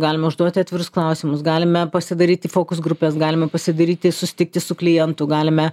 galime užduoti atvirus klausimus galime pasidaryti fokus grupes galim pasidaryti susitikti su klientu galime